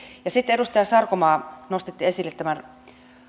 ja sitten edustaja sarkomaa nostitte esille tämän